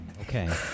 Okay